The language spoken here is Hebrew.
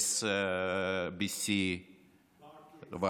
JSBC. ברקלי.